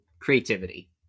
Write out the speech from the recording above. creativity